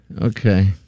Okay